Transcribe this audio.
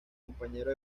compañero